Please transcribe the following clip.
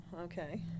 okay